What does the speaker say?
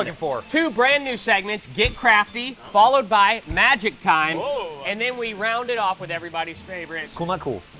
looking for. two brand new segments get crafty, followed by magic time. and then we round it off with everybody's favorite and cool not cool.